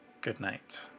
goodnight